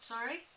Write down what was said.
Sorry